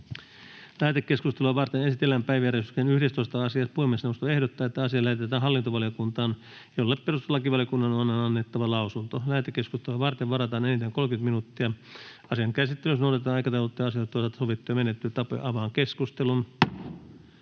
Lähetekeskustelua varten esitellään päiväjärjestyksen 9. asia. Puhemiesneuvosto ehdottaa, että asia lähetetään sivistysvaliokuntaan, jolle perustuslakivaliokunnan on annettava lausunto. Lähetekeskusteluun varataan enintään 30 minuuttia. Asian käsittelyssä noudatetaan aikataulutettujen asioiden osalta sovittuja menettelytapoja. — Ministeri